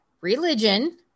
religion